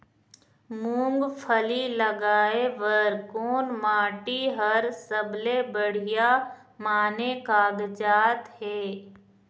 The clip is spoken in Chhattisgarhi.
मूंगफली लगाय बर कोन माटी हर सबले बढ़िया माने कागजात हे?